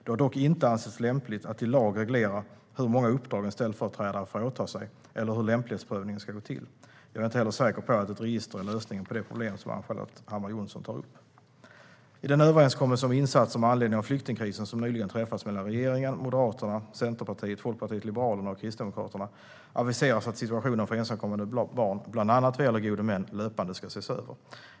Det har dock inte ansetts lämpligt att i lag reglera hur många uppdrag en ställföreträdare får åta sig eller hur lämplighetsprövningen ska gå till. Jag är inte heller säker på att ett register är lösningen på det problem som Ann-Charlotte Hammar Johnsson tar upp. I den överenskommelse om insatser med anledning av flyktingkrisen som nyligen träffats mellan regeringen, Moderaterna, Centerpartiet, Folkpartiet liberalerna och Kristdemokraterna aviseras att situationen för ensamkommande barn, bland annat vad gäller gode män, löpande ska ses över.